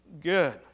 good